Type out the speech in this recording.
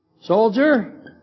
soldier